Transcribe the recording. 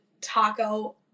taco